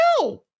No